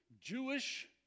Jewish